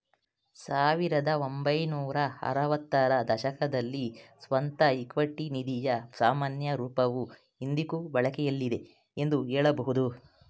ಸಾವಿರದ ಒಂಬೈನೂರ ಆರವತ್ತ ರ ದಶಕದಲ್ಲಿ ಸ್ವಂತ ಇಕ್ವಿಟಿ ನಿಧಿಯ ಸಾಮಾನ್ಯ ರೂಪವು ಇಂದಿಗೂ ಬಳಕೆಯಲ್ಲಿದೆ ಎಂದು ಹೇಳಬಹುದು